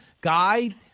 guy